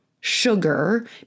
sugar